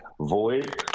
void